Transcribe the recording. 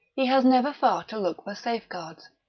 he has never far to look for safeguards.